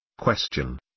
Question